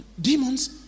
demons